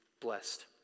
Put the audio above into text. blessed